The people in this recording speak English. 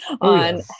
on